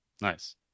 Nice